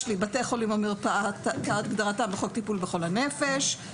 בתי חולים כהגדרתם בחוק טיפול בחולי נפש,